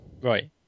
Right